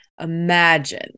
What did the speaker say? Imagine